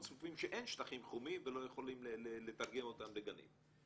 צפופים שאין שטחים חומים ולא יכולים לתרגם אותם לגנים,